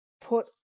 put